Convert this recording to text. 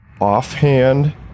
offhand